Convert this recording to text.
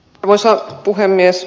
arvoisa puhemies